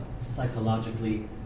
psychologically